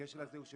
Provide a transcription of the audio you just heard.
של כולנו,